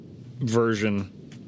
version